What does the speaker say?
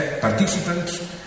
participants